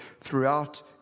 throughout